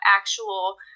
actual